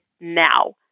now